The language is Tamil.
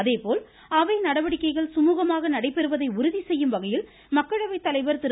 அதேபோல் அவை நடவடிக்கைகள் சுமூகமாக நடைபெறுவதை உறுதி செய்யும் வகையில் மக்களவைத் தலைவர் திரு